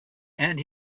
and